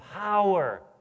power